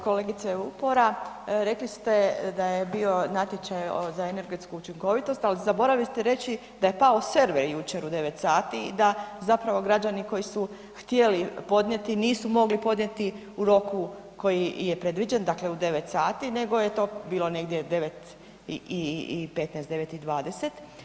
Kolegice Vupora, rekli ste da je bio natječaj za energetsku učinkovitost ali zaboravili ste da je pao server jučer u 9 sati i da zapravo građani koji su htjeli podnijeti nisu mogli podnijeti u roku koji je predviđen, dakle u 9 sati, nego je to bilo negdje 9 i 15, 9 i 20.